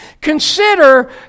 Consider